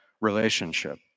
relationship